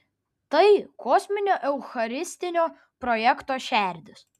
tai kosminio eucharistinio projekto šerdis